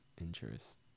interest